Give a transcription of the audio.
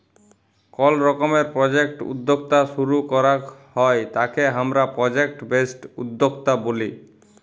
call রকমের project উদ্যক্তা শুরু করাক হ্যয় তাকে হামরা প্রজেক্ট বেসড উদ্যক্তা ব্যলি